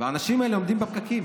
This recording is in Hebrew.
והאנשים האלה עומדים בפקקים.